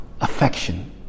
affection